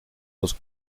los